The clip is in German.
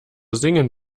singen